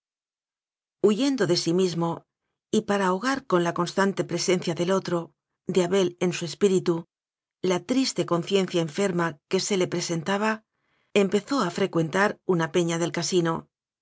huyendo de sí mismo y para ahogar con la constante presencia del otro de abel en su espíritu la triste conciencia enferma que se le presentaba empezó a frecuentar una peña del casino